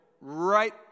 right